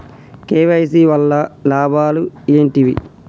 KYC వల్ల లాభాలు ఏంటివి?